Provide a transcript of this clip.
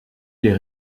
les